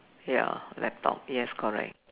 ya laptop yes correct